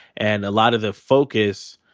and a lot of the focus,